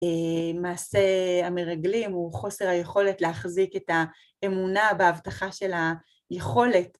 מעשה המרגלים הוא חוסר היכולת להחזיק את האמונה בהבטחה של היכולת.